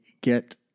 get